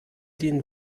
den